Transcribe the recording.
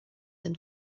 them